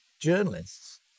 journalists